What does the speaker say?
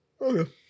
Okay